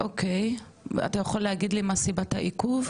אוקי, אתה יכול להגיד לי מה סיבת העיכוב?